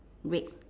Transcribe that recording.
red